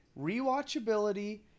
rewatchability